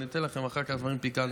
אני אתן לכם אחר כך דברים פיקנטיים,